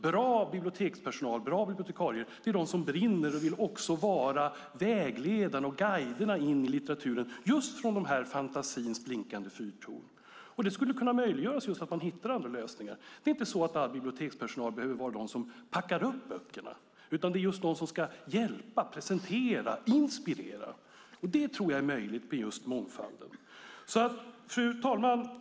Bra bibliotekspersonal och bra bibliotekarier brinner för detta och vill vara guider in i litteraturen från dessa fantasins blinkande fyrtorn. Det skulle möjliggöras om man hittar andra lösningar. All bibliotekspersonal behöver inte packa upp böckerna, utan de ska hjälpa, presentera och inspirera. Det tror jag blir möjligt genom mångfalden. Fru talman!